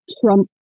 trump